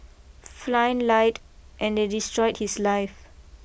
Flynn lied and they destroyed his life